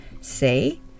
say